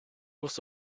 was